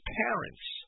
parents